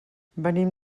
venim